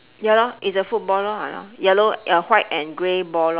ya lor it's a football lor ah yellow uh white and grey ball lor